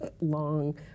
long